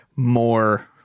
More